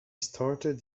started